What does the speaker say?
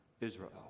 Israel